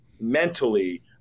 mentally